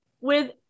With-